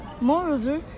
Moreover